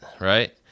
right